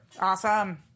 awesome